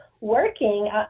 working